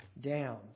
down